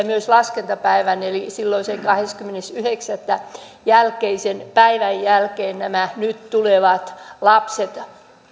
myös laskentapäivän eli silloisen kahdeskymmenes yhdeksättä jälkeisen päivän jälkeen nämä nyt tulevat lapset